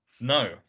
no